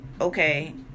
okay